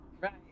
right